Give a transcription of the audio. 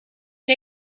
een